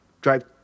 drive